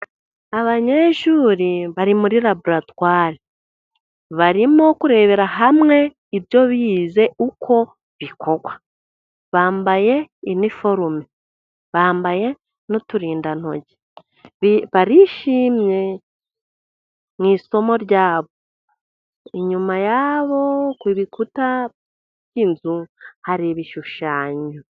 Abanyeshuri bari muri raboratware. Barimo kurebera hamwe ibyo bize uko bikorwa. Bambaye iniforume, Bambaye n'uturindantoki. Barishimye mu isomo rya bo. Inyuma ya bo ku bikuta by'inzu, hari ibishushanyo.